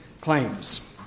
claims